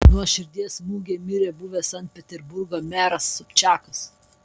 nuo širdies smūgio mirė buvęs sankt peterburgo meras sobčakas